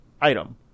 item